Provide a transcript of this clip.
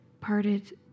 parted